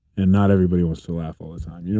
and not everybody wants to laugh all the time. you know